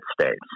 States